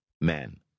Men